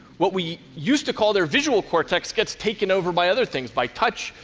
what we used to call their visual cortex gets taken over by other things, by touch,